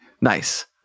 nice